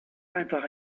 einfach